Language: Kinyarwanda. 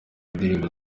indirimbo